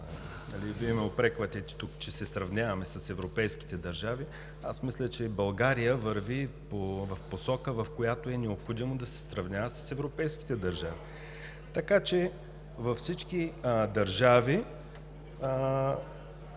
Вие ме упреквате тук, че се сравняваме с европейските държави. Мисля, че България върви в посока, в която е необходимо да се сравнява с европейските държави. (Реплика